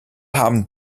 haben